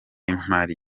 imari